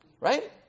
Right